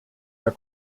der